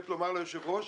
שנית, לומר ליושב ראש